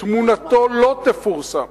תמונתו לא תפורסם.